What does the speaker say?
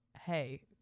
hey